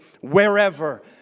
Wherever